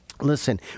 Listen